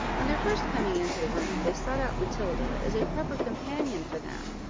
on their first coming into the room, they sought out matilda, as a proper companion for them,